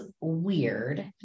weird